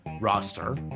roster